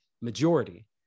majority